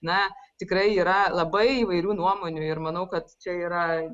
na tikrai yra labai įvairių nuomonių ir manau kad čia yra